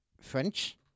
French